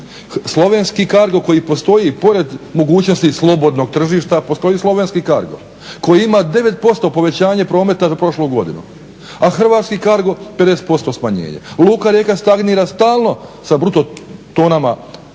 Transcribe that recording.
Slovenski cargo koji postoji pored mogućnosti slobodnog tržišta, postoji slovenski cargo koji ima 9% povećanje prometa za prošlu godinu. A hrvatski cargo 50% smanjenja. Luka Rijeka stagnira stalno sa bruto tonama